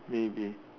maybe